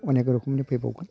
अनेक रोखोमनि फैबावगोन